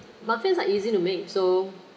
muffins are easy to make so